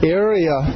area